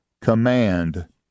command